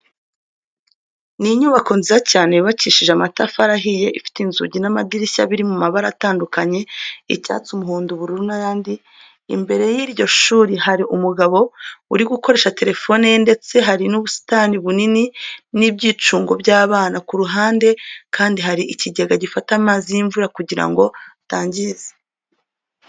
Ni inyubako nziza cyane yubakishije amatafari ahiye, ifite inzugi n'amadirishya biri mu mabara atandukanye, icyatsi, umuhondo, ubururu n'ayandi. Imbere y'iryo shuri hari umugabo uri gukoresha telefone ye ndetse hari n'ubusitani bunini n'ibyicungo by'abana. Ku ruhande kandi hari ikigega gifata amazi y'imvura kugira ngo atangiza.